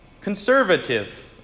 conservative